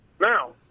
now